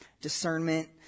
discernment